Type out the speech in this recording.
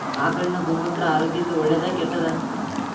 ಆಕಳಿನ ಗೋಮೂತ್ರ ಆರೋಗ್ಯಕ್ಕ ಒಳ್ಳೆದಾ ಕೆಟ್ಟದಾ?